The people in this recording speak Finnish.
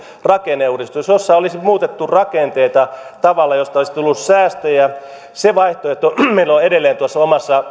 rakenneuudistus jossa olisi muutettu rakenteita tavalla josta olisi tullut säästöjä se vaihtoehto meillä on edelleen omassa